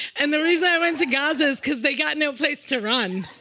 and the reason i went to gaza is because they got no place to run.